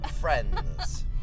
friends